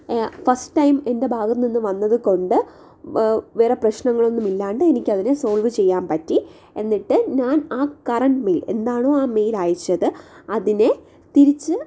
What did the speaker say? first time എൻ്റെ ഭാഗത്തുനിന്ന് വന്നത് കൊണ്ട് വേറെ പ്രശ്നങ്ങളൊന്നും ഇല്ലാണ്ട് എനിക്കതിനെ സോൾവ് ചെയ്യാൻ പറ്റി എന്നിട്ട് ഞാൻ ആ കറണ്ട് മെയിൽ എന്താണോ ആ മെയിൽ അയച്ചത് അതിനെ തിരിച്ച്